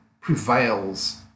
prevails